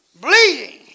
Bleeding